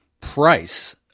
price